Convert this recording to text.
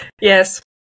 yes